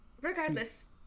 Regardless